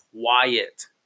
quiet